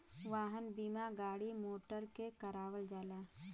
वाहन बीमा गाड़ी मोटर के करावल जाला